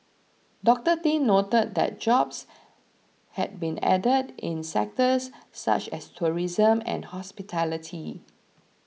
Doctor Tin noted that jobs had been added in sectors such as tourism and hospitality